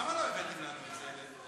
למה לא הבאתם לנו את זה?